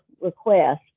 request